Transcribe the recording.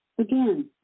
Again